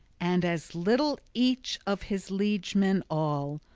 and as little each of his liegemen all,